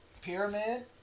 pyramid